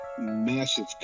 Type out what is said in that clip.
massive